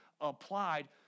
applied